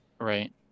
Right